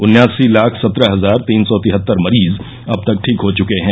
उन्यासी लाख सत्रह हजार तीन सौ तिहत्तर मरीज अब तक ठीक हो चुके हैं